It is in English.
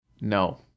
No